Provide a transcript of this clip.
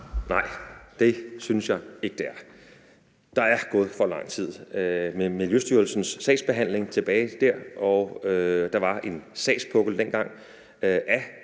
Nej, det synes jeg ikke det er. Der er gået for lang tid med Miljøstyrelsens sagsbehandling tilbage der. Der var en sagspukkel dengang af